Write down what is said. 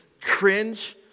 cringe